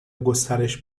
گسترش